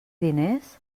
diners